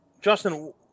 Justin